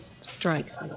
strikes